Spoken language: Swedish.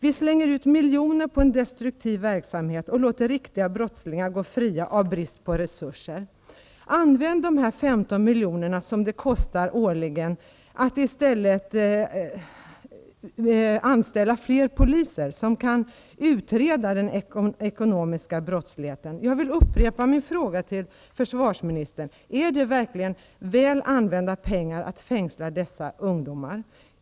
Vi slänger ut miljoner på en destruktiv verksamhet och låter riktiga brottslingar gå fria i brist på resurser. Använd de här 15 miljonerna som det kostar årligen för att i stället anställa fler poliser som kan utreda den ekonomiska brottsligheten.'' Jag vill upprepa min fråga till försvarsministern: Är det verkligen väl använda pengar att fängsla dessa ungdomar?